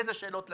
איזה שאלות לתת,